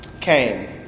came